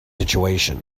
situation